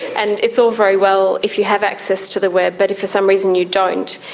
and it's all very well if you have access to the web, but if for some reason you don't,